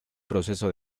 proceso